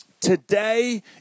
Today